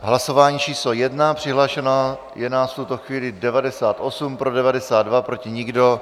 Hlasování číslo 1, přihlášeno je nás v tuto chvíli 98, pro 92, proti nikdo.